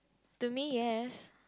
to me yes